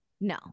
No